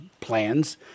plans